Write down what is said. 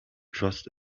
trust